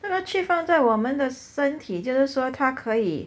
那个 chip 放在我们的身体就是说他可以